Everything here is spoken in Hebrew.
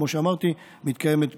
כמו שאמרתי, מתקיימת פגישה.